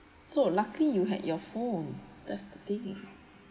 so luckily you had your phone that's the thing